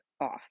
off